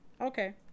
Okay